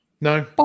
No